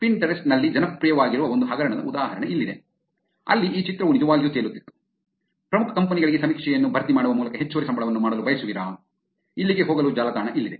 Pinterest ನಲ್ಲಿ ಜನಪ್ರಿಯವಾಗಿರುವ ಒಂದು ಹಗರಣದ ಉದಾಹರಣೆ ಇಲ್ಲಿದೆ ಅಲ್ಲಿ ಈ ಚಿತ್ರವು ನಿಜವಾಗಿಯೂ ತೇಲುತ್ತಿತ್ತು ಪ್ರಮುಖ ಕಂಪನಿಗಳಿಗೆ ಸಮೀಕ್ಷೆಯನ್ನು ಭರ್ತಿ ಮಾಡುವ ಮೂಲಕ ಹೆಚ್ಚುವರಿ ಸಂಬಳವನ್ನು ಮಾಡಲು ಬಯಸುವಿರಾ ಇಲ್ಲಿಗೆ ಹೋಗಲು ಜಾಲತಾಣ ಇಲ್ಲಿದೆ